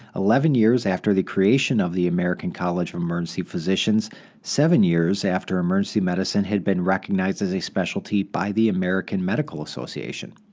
eleven years after the creation of the american college of emergency physicians seven years after emergency medicine had been recognized as a specialty by the american medical association.